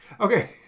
Okay